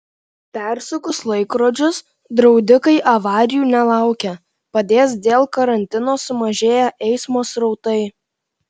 persukus laikrodžius draudikai avarijų nelaukia padės dėl karantino sumažėję eismo srautai